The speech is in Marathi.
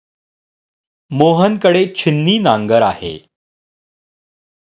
मोहन कडे छिन्नी नांगर आहे